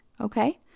okay